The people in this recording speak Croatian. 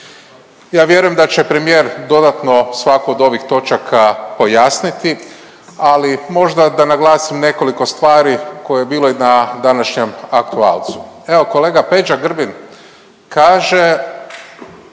Ja vjerujem da će premijer dodatno svaku od ovih točaka pojasniti, ali možda da naglasim nekoliko stvari koje je bilo i na današnjem aktualcu. Evo kolega Peđa Grbin kaže